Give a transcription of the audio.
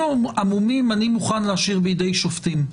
עמומים אני מוכן להשאיר בידי שופטים.